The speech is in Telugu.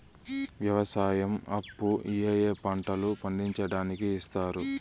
వ్యవసాయం అప్పు ఏ ఏ పంటలు పండించడానికి ఇస్తారు?